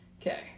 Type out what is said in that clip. Okay